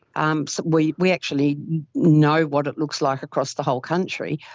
um so we we actually know what it looks like across the whole country,